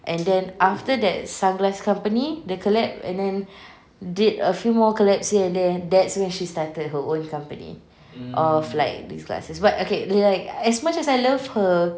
and then after that sunglass company the collab and then did a few more collabs here and there that's when she started her own company of like these glasses but okay like as much as I love her